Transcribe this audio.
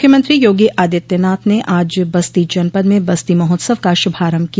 मुख्यमंत्री योगी आदित्यनाथ ने आज बस्ती जनपद में बस्ती महोत्सव का श्रभारम्भ किया